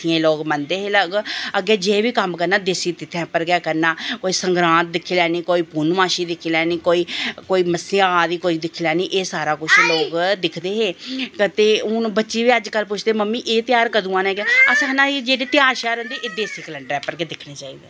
तिथियें गी लोग मनदे हे अग्गै जेे बी कम्म करनां देस्सी तुथियें पर गै करना कोई संगरांध दिक्खी लैनी कोई पुन्नमाशी दिक्खी लैनी कोई मस्सेआ आ दी दिक्खी लैनी एह् सारे लोग दिखदे हे ते बच्चे बी अज्ज कल पुछदे मम्मी एह् ध्योहार कदूं आना असें आक्खनां एह् ध्योहार देस्सी कलैंडरै पर गै दिक्खनां चाही दे